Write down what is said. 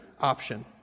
option